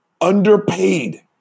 underpaid